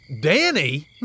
Danny